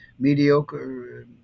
mediocre